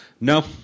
No